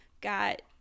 got